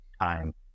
time